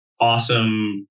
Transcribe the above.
awesome